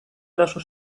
arazo